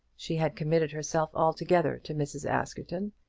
she had committed herself altogether to mrs. askerton,